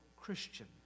Christian